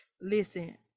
Listen